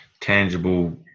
tangible